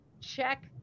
check